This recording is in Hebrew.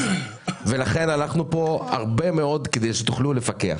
לכן הלכנו פה הרבה מאוד כדי שתוכלו לפקח.